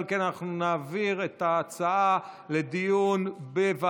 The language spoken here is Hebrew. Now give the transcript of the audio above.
נגד, אין, נמנעים, אין.